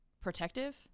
protective